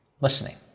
listening